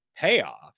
payoff